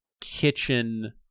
kitchen